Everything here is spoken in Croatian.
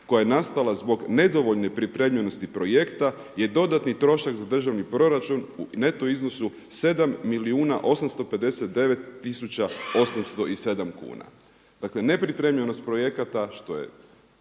koja je nastala zbog nedovoljne pripremljenosti projekta je dodatni trošak za državni proračun u neto iznosu 7 milijuna 859 tisuća 807 kuna. Dakle nepripremljenost projekata što je